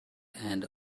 and